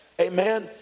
amen